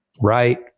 Right